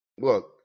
look